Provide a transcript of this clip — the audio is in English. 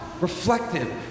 Reflective